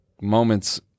moments